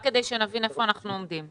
רק כדי שנבין היכן אנחנו עומדים.